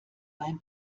beim